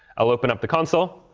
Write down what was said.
i'll open up the console,